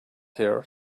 here